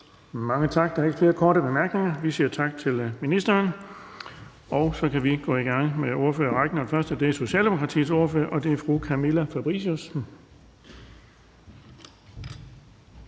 Bonnesen): Der er ikke flere korte bemærkninger, og vi siger tak til ministeren. Så kan vi gå i gang med ordførerrækken. Den første er Socialdemokratiets ordfører, og det er fru Camilla Fabricius.